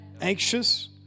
anxious